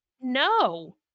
no